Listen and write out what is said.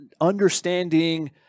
understanding